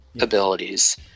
abilities